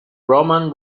roman